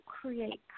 create